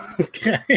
Okay